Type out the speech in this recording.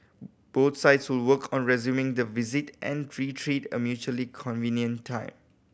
both sides will work on resuming the visit and a mutually convenient time